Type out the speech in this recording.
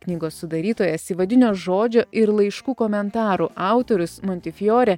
knygos sudarytojas įvadinio žodžio ir laiškų komentarų autorius mantifjorė